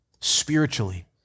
spiritually